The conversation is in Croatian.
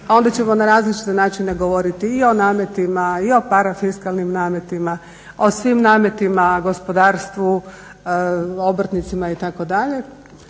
onda ćemo na različite načine govoriti i o nametima i o parafiskalnim nametima o svim nametima gospodarstvu, obrtnicima itd.,